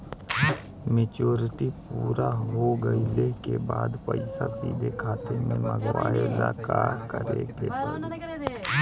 Maturity पूरा हो गइला के बाद पईसा सीधे खाता में मँगवाए ला का करे के पड़ी?